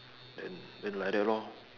then then like that lor